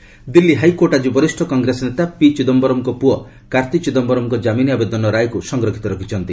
HC Karti Delhi high court ଆଜି ବରିଷ କଂଗ୍ରେସ ନେତା ପି ଚିଦାୟରମ୍ଙ୍କ ପୁଅ କାର୍ତ୍ତି ଚିଦାମ୍ଘରମ୍ଙ୍କ ଜାମିନ୍ ଆବେଦନର ରାୟକ୍ର ସଂରକ୍ଷିତ ରଖିଛନ୍ତି